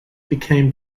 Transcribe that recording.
became